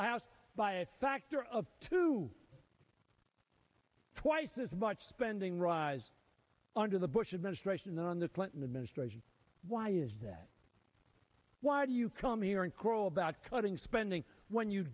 l house by a factor of two twice as much spending rise under the bush administration than on the clinton administration why is that why do you come here and crow about cutting spending when you